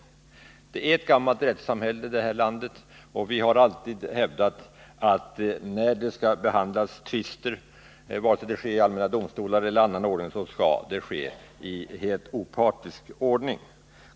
Det här landet är ett gammalt rättssamhälle, och det har alltid hävdats att när tvister skall behandlas, vare sig det sker i allmänna domstolar eller i annan ordning, skall det ske i helt opartiska former.